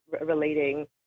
relating